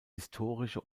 historische